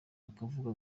bakavuga